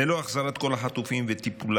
ללא החזרת כל החטופים וטיפול